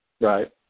Right